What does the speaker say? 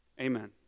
amen